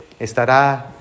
estará